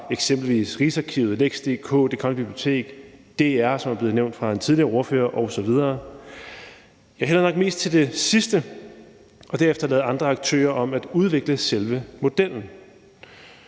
eksempelvis Rigsarkivet, Lex.dk, Det Kongelige Bibliotek og DR, som er blevet nævnt af en tidligere ordfører, osv.? Jeg hælder nok mest til det sidste og derefter at lade andre aktører om at udvikle selve modellen.